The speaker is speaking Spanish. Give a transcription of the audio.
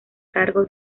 cargo